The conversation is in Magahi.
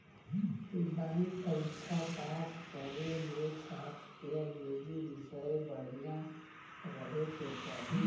बैंक परीक्षा पास करे ले छात्र के अंग्रेजी विषय बढ़िया रहे के चाही